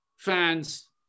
Fans